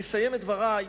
אני אסיים את דברי,